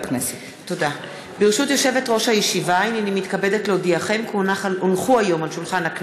27 חברי כנסת בעד, אין מתנגדים, אין נמנעים.